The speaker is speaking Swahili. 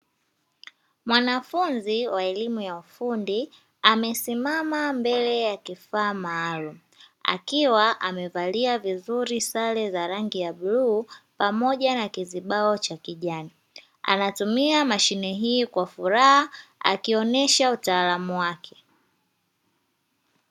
Mwanafunzi wa elimu ya ufundi, amesimama mbele ya kifaa maalumu akiwa amevalia vizuri sare za rangi ya bluu pamoja na kizibao cha rangi ya kijani, anatumia mashine hii kwa furaha akionyesha utaalamu ake.